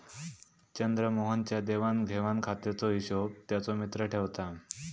चंद्रमोहन च्या देवाण घेवाण खात्याचो हिशोब त्याचो मित्र ठेवता